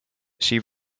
she